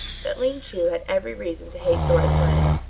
that ling chu had every reason to hate thornton lyne,